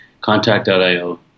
Contact.io